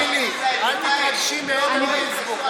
אמילי, אל תתרגשי מאיתן גינזבורג.